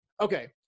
Okay